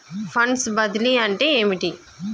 Funds బదిలీ అంటే ఏమిటి?